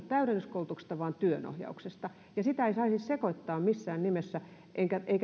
täydennyskoulutuksesta vaan työnohjauksesta niitä ei saisi sekoittaa missään nimessä ettekä te